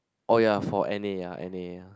oh ya for N_A ya N_A ya